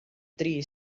dri